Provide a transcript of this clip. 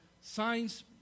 signs